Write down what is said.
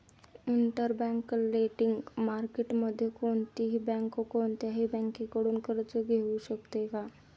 Interbank lending मार्केटमध्ये कोणतीही bank कोणत्याही बँकेकडून कर्ज घेऊ शकते का?